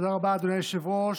תודה רבה, אדוני היושב-ראש.